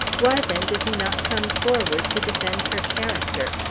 why, then, does he not come forward to defend her character,